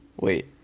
Wait